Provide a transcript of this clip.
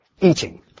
Eating